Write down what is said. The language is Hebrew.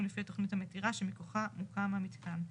לפי התכנית המתירה שמכוחה מוקם המיתקן,